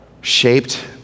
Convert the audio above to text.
shaped